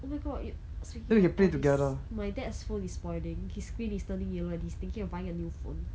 oh my god you speaking of all these my dad's phone is spoiling his screen is turning yellow and he's thinking of buying a new phone